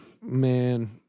Man